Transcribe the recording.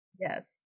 Yes